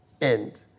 End